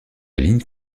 ligne